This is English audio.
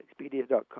Expedia.com